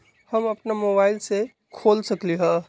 हम अपना मोबाइल से खोल सकली ह?